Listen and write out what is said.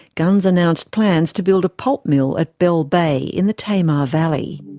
gunns announced plans to build a pulp mill at bell bay in the tamar valley.